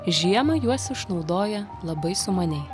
žiemą juos išnaudoja labai sumaniai